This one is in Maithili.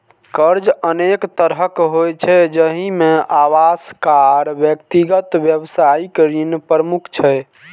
कर्ज अनेक तरहक होइ छै, जाहि मे आवास, कार, व्यक्तिगत, व्यावसायिक ऋण प्रमुख छै